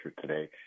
today